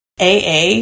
AA